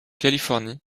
californie